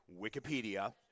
Wikipedia